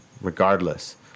regardless